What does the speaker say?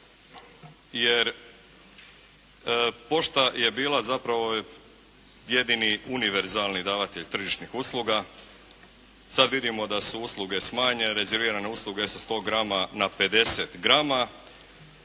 jer pošta je bila zapravo jedini univerzalni davatelj tržišnih usluga. Sad vidimo da su usluge smanjene, rezimirane usluge sa 100 grama na 50 grama